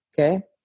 okay